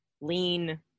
lean